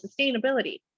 sustainability